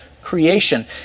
creation